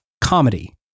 comedy